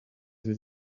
sie